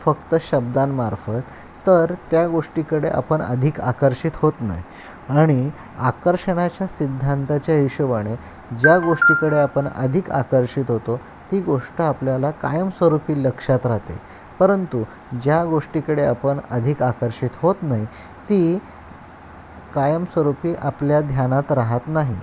फक्त शब्दांमार्फत तर त्या गोष्टीकडे आपण अधिक आकर्षित होत नाही आणि आकर्षणाच्या सिद्धांताच्या हिशोबाने ज्या गोष्टीकडे आपण अधिक आकर्षित होतो ती गोष्ट आपल्याला कायमस्वरूपी लक्षात राहते परंतु ज्या गोष्टीकडे आपण अधिक आकर्षित होत नाही ती कायमस्वरूपी आपल्या ध्यानात राहात नाही